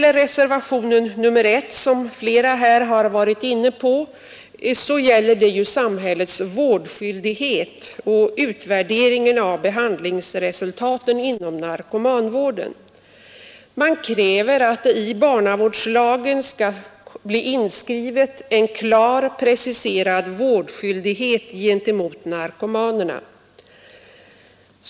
Reservationen 1, som flera talare här varit inne på, gäller samhällets vårdskyldighet och utvärderingen av behandlingsresultaten inom narkomanvården. I reservationen krävs att i barnavårdslagen skall bli inskriven ”en klart preciserad vårdskyldighet gentemot narkomanerna”.